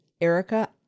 Erica